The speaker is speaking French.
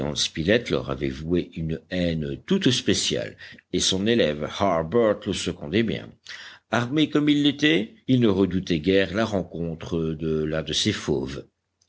spilett leur avait voué une haine toute spéciale et son élève harbert le secondait bien armés comme ils l'étaient ils ne redoutaient guère la rencontre de l'un de ces fauves